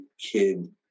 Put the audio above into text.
kid